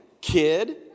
kid